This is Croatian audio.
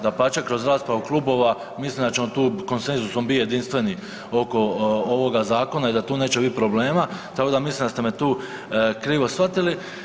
Dapače, kroz raspravu klubova mislim da ćemo tu konsenzusom biti jedinstveni oko ovoga zakona i da tu neće biti problema, tako da mislim da ste me tu krivo shvatili.